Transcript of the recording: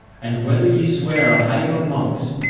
and whether ye swear a hive of monks,